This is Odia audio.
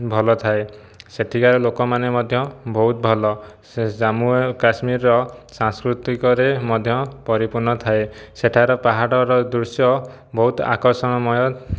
ଭଲଥାଏ ସେଠିକାର ଲୋକମାନେ ମଧ୍ୟ ବହୁତ ଭଲ ସେ ଜାମ୍ମୁ ଆଉ କାଶ୍ମୀରର ସାଂସ୍କୃତିକରେ ମଧ୍ୟ ପରିପୂର୍ଣ୍ଣ ଥାଏ ସେଠାର ପାହାଡ଼ର ଦୃଶ୍ୟ ବହୁତ ଆକର୍ଷଣମୟ